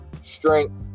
strength